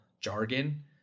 jargon